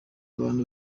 abantu